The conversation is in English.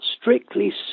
strictly